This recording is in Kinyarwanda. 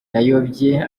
yayobye